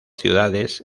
ciudades